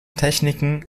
techniken